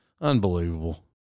Unbelievable